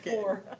fluor.